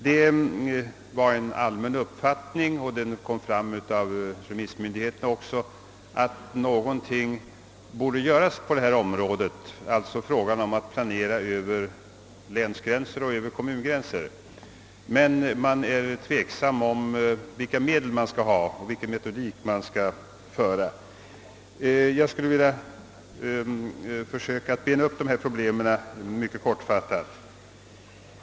Den allmänna uppfattningen inom utskottet — och denna inställning framgick också av remissyttrandena — var att något borde göras på detta område, d. v. s. frågan om planering över länsgränser och kommungränser. Tveksamhet föreligger dock om vilka medel och vilken metodik man skall använda. Jag vill försöka bena upp dessa problem mycket kortfattat.